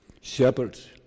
Shepherds